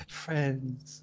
friends